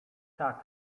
tak